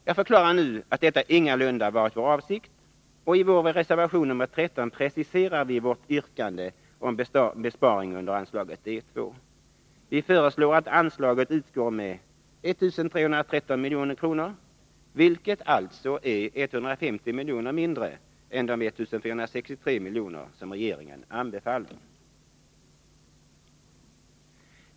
Jag förklarar nu att detta ingalunda varit vår avsikt, och i reservation nr 13 preciserar vi vårt yrkande om besparing under anslaget D 2. Vi föreslår att anslaget utgår med 1313 000 000 kr., vilket alltså är 150 miljoner mindre än de 1463 000 000 kr. som regeringen anbefaller.